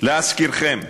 להזכירכם,